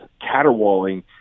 caterwauling